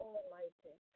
Almighty